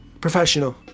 professional